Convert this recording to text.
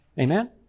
Amen